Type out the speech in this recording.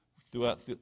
throughout